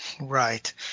Right